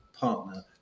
partner